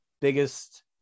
biggest